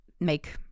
make